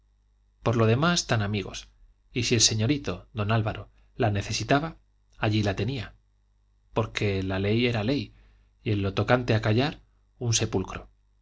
por lo demás tan amigos y si el señorito don álvaro la necesitaba allí la tenía porque la ley era ley y en lo tocante a callar un sepulcro